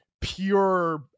pure